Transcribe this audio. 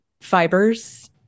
Fibers